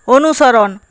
অনুসরণ